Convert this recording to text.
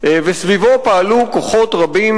וסביבו פעלו כוחות רבים,